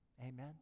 Amen